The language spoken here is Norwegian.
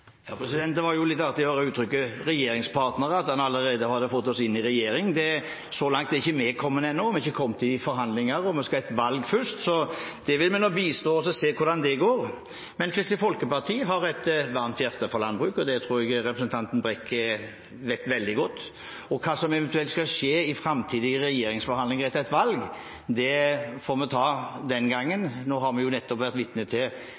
Det var litt artig å høre uttrykket «regjeringspartnerne», at en allerede har fått oss inn i regjering. Så langt er ikke vi kommet ennå. Vi har ikke kommet i forhandlinger, og vi skal ha et valg først, så vi vil nå vente og se hvordan det går. Men Kristelig Folkeparti har et varmt hjerte for landbruk, det tror jeg representanten Brekk vet veldig godt, og hva som eventuelt skal skje i framtidige regjeringsforhandlinger etter et valg, får vi ta da. Nå har vi nettopp vært vitne til